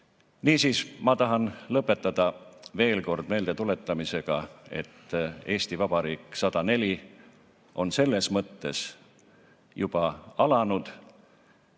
Niisiis, ma tahan lõpetada veel kord meeldetuletamisega, et Eesti Vabariik 104 on selles mõttes juba alanud.